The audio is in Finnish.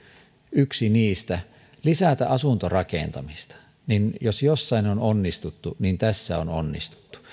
yksi niistä lisätä asuntorakentamista niin jos jossain on onnistuttu niin tässä on onnistuttu